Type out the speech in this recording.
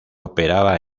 operaba